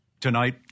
tonight